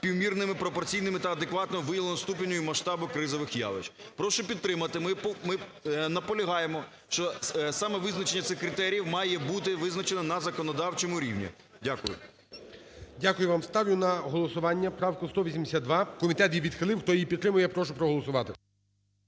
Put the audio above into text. співмірними, пропорційними та адекватними виявленому ступеню і масштабу кризових явищ. Прошу підтримати. Ми наполягаємо, що саме визначення цих критеріїв має бути визначено на законодавчому рівні. Дякую. ГОЛОВУЮЧИЙ. Дякую вам. Ставлю на голосування правку 182. Комітет її відхилив. Хто її підтримує, прошу проголосувати.